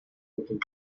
working